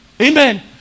Amen